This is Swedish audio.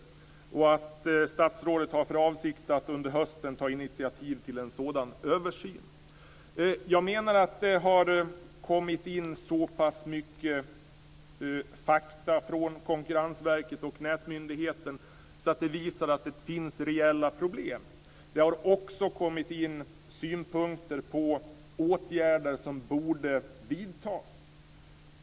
Dessutom sägs där att statsrådet har "för avsikt att under hösten ta initiativ till en sådan översyn". Jag menar att det har kommit in så pass mycket fakta från Konkurrensverket och Nätmyndigheten att det framgår att det finns reella problem. Det har också kommit in synpunkter på åtgärder som borde vidtas.